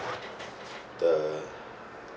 the